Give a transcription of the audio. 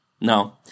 No